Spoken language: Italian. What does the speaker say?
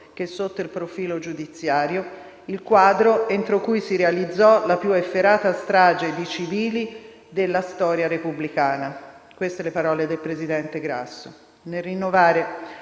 che sotto quello giudiziario - il quadro entro cui si realizzò la più efferata strage di civili della storia repubblicana». Queste le parole del presidente Grasso.